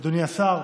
אדוני השר,